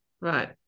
Right